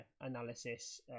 analysis